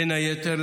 בין היתר,